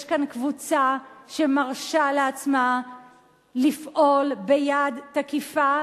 יש כאן קבוצה שמרשה לעצמה לפעול ביד תקיפה,